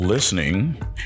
Listening